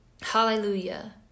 Hallelujah